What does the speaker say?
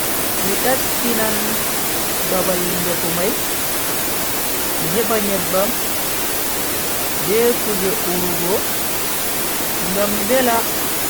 Mi taskinan babal ndefu mai, mi heba nyebban be kuje urugo ngam vela.